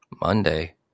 Monday